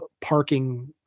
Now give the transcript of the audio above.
parking